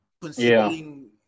considering